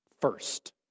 first